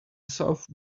south